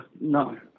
No